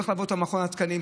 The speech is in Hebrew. הוא צריך לעבור את מכון התקנים,